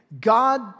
God